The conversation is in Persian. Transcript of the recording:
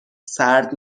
سرد